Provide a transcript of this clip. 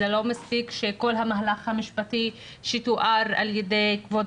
לא מספיק כל המהלך המשפטי שתואר על ידי כבוד